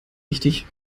richtig